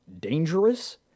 dangerous